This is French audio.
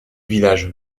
village